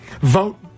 Vote